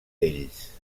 ells